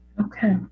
Okay